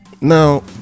now